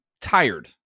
tired